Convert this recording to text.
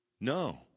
No